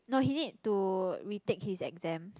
no he need to retake his exams